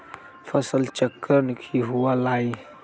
फसल चक्रण की हुआ लाई?